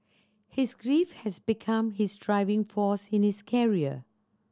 his grief has become his driving force in his career